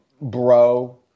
bro